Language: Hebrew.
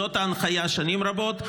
זאת ההנחיה שנים רבות.